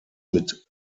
mit